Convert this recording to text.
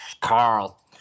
Carl